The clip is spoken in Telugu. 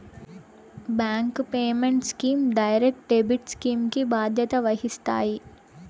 bank payment schemes direct debit scheme కి బాధ్యత వహిస్తాయి